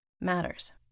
matters